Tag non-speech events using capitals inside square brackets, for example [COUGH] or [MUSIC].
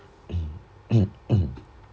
[COUGHS]